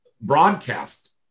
broadcast